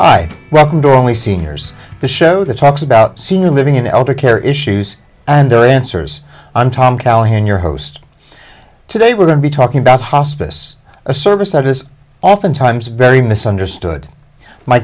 i welcomed or only seniors to show the talks about senior living in elder care issues and their answers on tom callahan your host today we're going to be talking about hospice a service that is oftentimes very misunderstood my